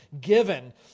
given